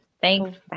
Thanks